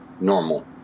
normal